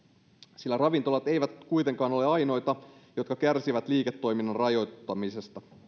sillä ravintolat eivät kuitenkaan ole ainoita jotka kärsivät liiketoiminnan rajoittamisesta